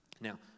Now